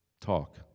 talk